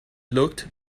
looked